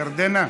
ירדנה.